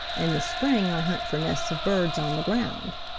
in the spring i hunt for nests of birds on the ground.